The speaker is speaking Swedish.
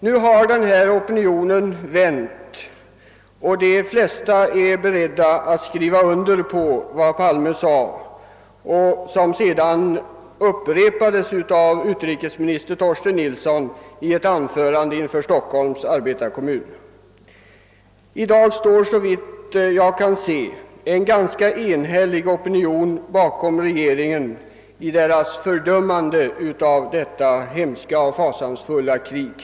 Nu har opinionen vänt, och de flesta är beredda att skriva under det som Palme sade och som sedan upprepades av utrikesminister Torsten Nilsson i ett anförande inför Stockholms arbetarekommun. I dag står, såvitt jag kan se, en ganska enhällig opinion bakom regeringen i dess fördömande av detta hemska och fasansfulla krig.